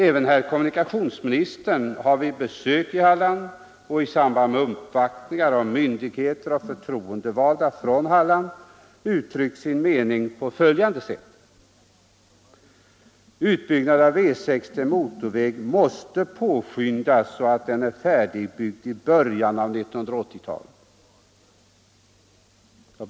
Även herr kommunikationsministern — jag beklagar att vi inte har honom här — har vid besök i Halland och i samband med uppvaktningar av myndigheter och förtroendevalda från Halland uttryckt sin mening, och det på följande sätt: Utbyggnaden av E 6 till motorväg måste påskyndas så att den är färdigbyggd i början av 1980-talet.